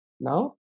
Now